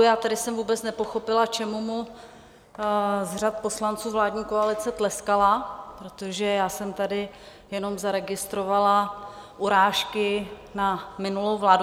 Já jsem vůbec nepochopila, k čemu mu z řad poslanců vládní koalice tleskala, protože já jsem tady jenom zaregistrovala urážky na minulou vládu.